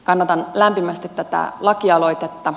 kannatan lämpimästi tätä lakialoitetta